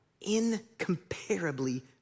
Incomparably